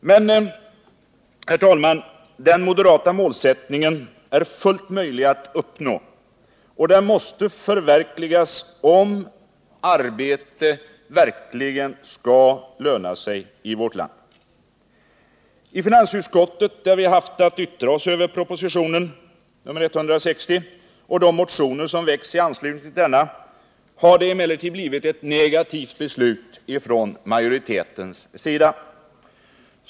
Men, herr talman, den moderata målsättningen är fullt möjlig att uppnå — och den måste förverkligas om arbete verkligen skall löna sig i vårt land. I finansutskottet, där vi haft att yttra oss över propositionen 160 och de motioner som väckts i anslutning till denna, har det emellertid blivit ett negativt beslut från majoritetens sida.